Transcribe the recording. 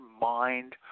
mind